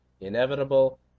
Inevitable